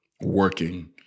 working